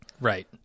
Right